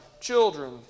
children